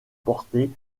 portés